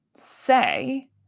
say